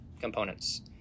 components